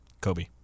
Kobe